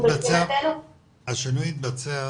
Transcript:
זאת אומרת זה באמת משהו שהוא מבחינתנו --- השינוי יתבצע